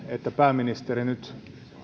että pääministeri nyt